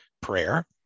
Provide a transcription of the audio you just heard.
prayer